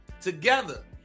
together